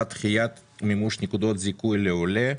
(דחיית מימוש נקודות זיכוי לעולה),